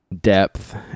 depth